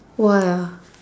why ah